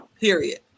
Period